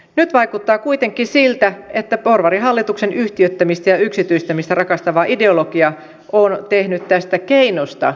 nyt vaikuttaa kuitenkin siltä että porvarihallituksen yhtiöittämistä ja yksityistämistä rakastava ideologia on tehnyt tästä keinosta